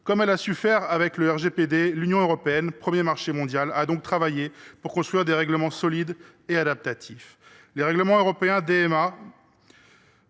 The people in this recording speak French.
Comme elle a su le faire avec le RGPD, l’Union européenne, qui constitue le premier marché mondial, a travaillé pour construire des règlements solides et adaptatifs. Les règlements européens DMA,